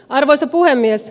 arvoisa puhemies